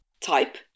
type